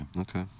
Okay